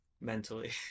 mentally